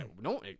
no